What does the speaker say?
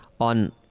on